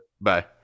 Bye